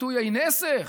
שתו יין נסך,